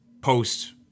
post